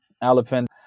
elephant